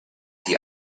die